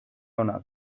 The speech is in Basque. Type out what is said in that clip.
onak